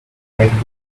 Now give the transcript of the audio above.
went